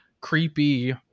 creepy